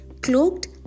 cloaked